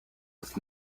with